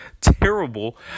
terrible